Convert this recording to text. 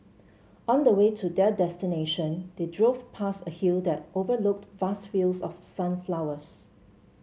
on the way to their destination they drove past a hill that overlooked vast fields of sunflowers